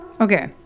Okay